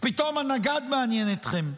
אז פתאום הנגד מעניין אתכם.